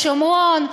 לשומרון,